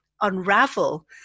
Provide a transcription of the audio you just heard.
unravel